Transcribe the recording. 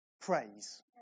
praise